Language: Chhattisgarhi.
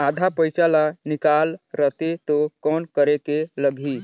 आधा पइसा ला निकाल रतें तो कौन करेके लगही?